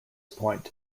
point